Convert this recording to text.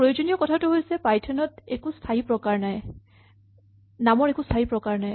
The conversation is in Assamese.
প্ৰয়োজনীয় কথাটো হৈছে পাইথন ত নামৰ একো স্হায়ী প্ৰকাৰ নাই